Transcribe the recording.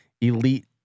elite